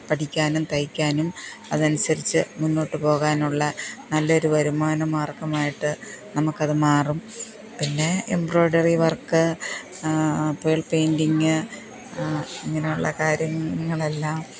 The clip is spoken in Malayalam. പഠിക്കാനും തയ്ക്കാനും അത് അനുസരിച്ച് മുന്നോട്ട് പോകാനൊള്ള നല്ല ഒരു വരുമാനമാര്ഗമായിട്ട് നമുക്കത് മാറും പിന്നെ എംബ്രോയ്ഡറി വര്ക്ക് പേള് പെയിന്റിങ്ങ് അങ്ങനെയുള്ള കാര്യങ്ങളെല്ലാം